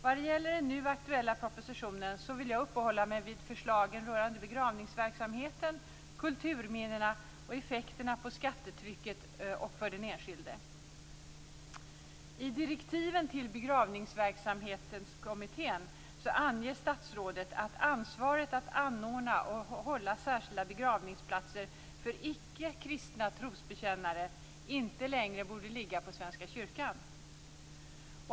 Vad gäller den nu aktuella propositionen vill jag uppehålla mig vid förslagen rörande begravningsverksamheten, kulturminnena och effekterna när det gäller skattetrycket och för den enskilde. I direktiven till Begravningsverksamhetskommittén anger statsrådet att ansvaret för att anordna och hålla särskilda begravningsplatser för icke kristna trosbekännare inte längre borde ligga på Svenska kyrkan.